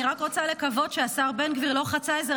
אני רק רוצה לקוות שהשר בן גביר לא חצה איזה